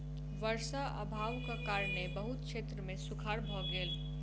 वर्षा अभावक कारणेँ बहुत क्षेत्र मे सूखाड़ भ गेल